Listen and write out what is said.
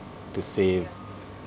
to save